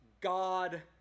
God